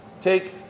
take